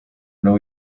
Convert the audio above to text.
know